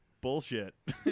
bullshit